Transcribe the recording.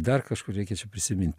dar kažkur reikia čia prisimint